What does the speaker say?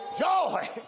Joy